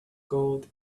gold